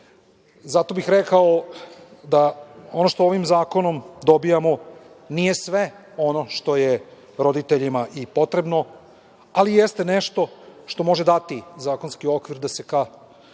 bih rekao da ono što ovim zakonom dobijamo nije sve ono što je roditeljima i potrebno, ali jeste nešto što može dati zakonski okvir da se ka